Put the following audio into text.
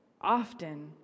often